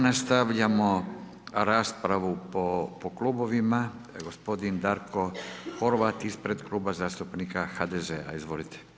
Nastavljamo raspravu po klubovima, gospodin Darko Horvat, ispred Kluba zastupnika HDZ-a, izvolite.